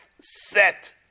set